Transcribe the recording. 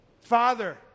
Father